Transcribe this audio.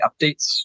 updates